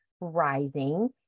rising